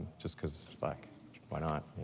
just cause, like why not?